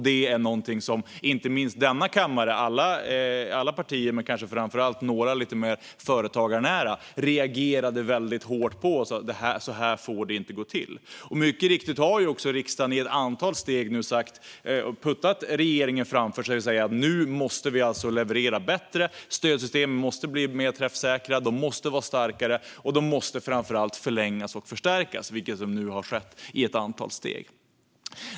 Det är något som vi i denna kammare - i alla partier, men kanske särskilt i några som är mer företagarnära - reagerade på och sa: Så här får det inte gå till! Riksdagen har nu i ett antal steg puttat regeringen framför sig och sagt att vi måste leverera bättre. Stödsystemen måste bli träffsäkrare och starkare, och de måste förlängas och förstärkas, vilket nu har skett i ett antal steg.